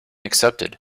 accepted